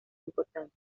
importancia